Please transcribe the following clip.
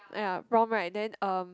ya prom right then uh